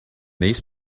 these